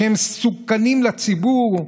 שהם מסוכנים לציבור,